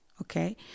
okay